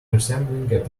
resembling